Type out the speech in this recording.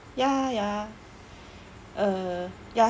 ya ya uh ya